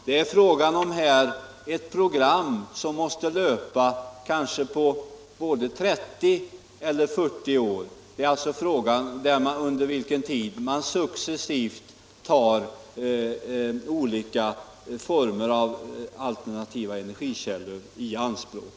Det är fråga om ett program som måste löpa på kanske 30 eller 40 år, under vilken tid man successivt tar olika former av alternativa energikällor i anspråk.